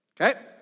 Okay